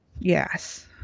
Yes